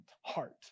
heart